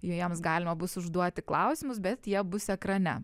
jiems galima bus užduoti klausimus bet jie bus ekrane